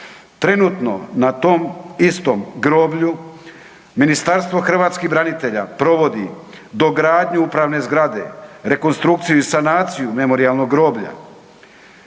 Trenutno na tom istom groblju Ministarstvo hrvatskih branitelja provodi dogradnju upravne zgrade, rekonstrukciju i sanaciju Memorijalnog groblja,